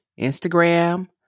Instagram